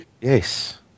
Yes